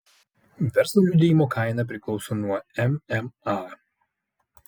verslo liudijimo kaina priklauso nuo mma